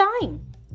time